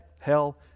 hell